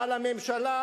אבל הממשלה,